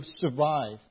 survive